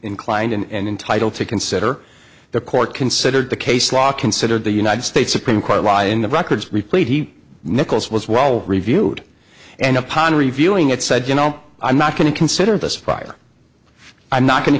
inclined and entitle to consider the court considered the case law considered the united states supreme court law in the record replete he nichols was well reviewed and upon reviewing it said you know i'm not going to consider this fire i'm not going to